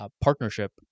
partnership